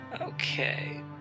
Okay